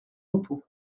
repos